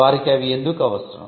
వారికి అవి ఎందుకు అవసరం